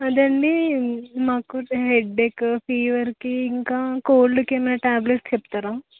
అదండీ నాకు హెడెక్ ఫీవర్కి ఇంకా కోల్డ్కి ఏమైనా ట్యాబ్లెట్స్ చెప్తారా